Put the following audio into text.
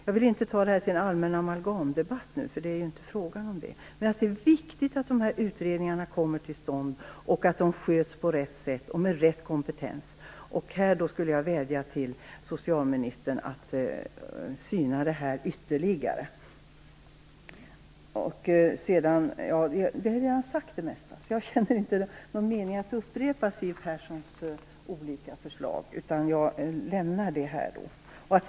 Jag vill inte göra detta till en allmän amalgamdebatt, därför att det är inte frågan om det. Men det är viktigt att dessa utredningar kommer till stånd och att de sköts på rätt sätt och med rätt kompetens. Jag vill vädja till socialministern att syna detta ytterligare. Det mesta är redan sagt, och jag känner inte att det är någon mening att upprepa Siw Perssons olika förslag utan jag lämnar detta.